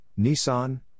Nissan